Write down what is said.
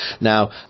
now